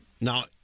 now